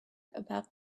about